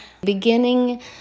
beginning